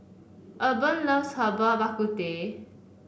Urban loves Herbal Bak Ku Teh